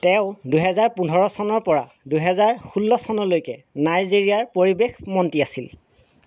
তেওঁ দুহেজাৰ পোন্ধৰ চনৰপৰা দুহেজাৰ ষোল্ল চনলৈকে নাইজেৰিয়াৰ পৰিৱেশ মন্ত্ৰী আছিল